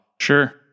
sure